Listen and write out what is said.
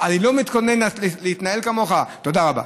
תודה רבה.